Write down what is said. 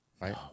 Right